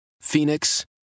Phoenix